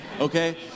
okay